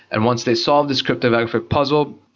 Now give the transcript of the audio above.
and once they solve this cryptographic puzzle,